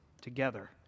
together